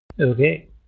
Okay